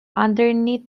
underneath